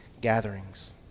gatherings